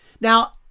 Now